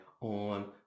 on